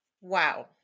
Wow